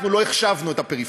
אנחנו לא החשבנו את הפריפריה,